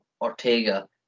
Ortega